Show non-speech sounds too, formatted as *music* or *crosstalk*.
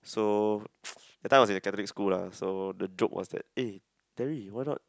so *noise* that time I was in Catholic school lah so the joke was that eh Terry why not